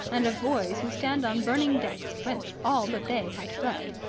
and of boys who stand on burning decks whence all but they had fled.